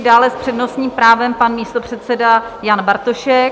Dále s přednostním právem pan místopředseda Jan Bartošek.